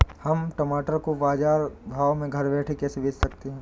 हम टमाटर को बाजार भाव में घर बैठे कैसे बेच सकते हैं?